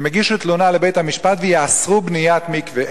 הם יגישו תלונה לבית-המשפט ויאסרו בניית מקווה.